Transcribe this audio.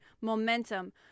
momentum